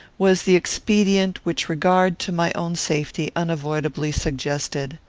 was the expedient which regard to my own safety unavoidably suggested.